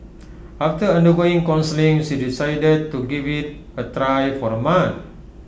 after undergoing counselling she decided to give IT A try for A month